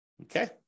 okay